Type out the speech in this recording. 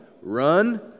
run